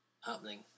happening